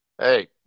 Hey